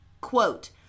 quote